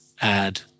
Add